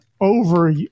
over